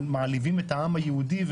מעליבים את העם היהודי,